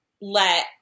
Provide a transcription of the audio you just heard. let